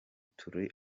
turi